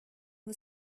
was